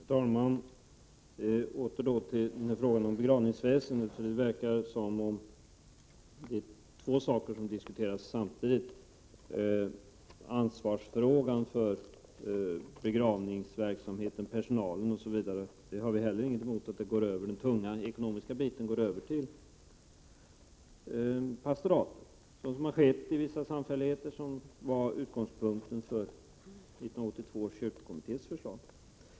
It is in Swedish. Herr talman! Jag återkommer till frågan om begravningsväsendet. Det verkar som om två saker diskuteras samtidigt. När det gäller frågan om ansvaret för begravningsverksamheten, för personalen osv. har vi heller ingenting emot att den tunga ekonomiska biten går över till pastoraten, så som har skett i vissa samfälligheter. Det var utgångspunkten för 1982 års kyrkokommittés förslag.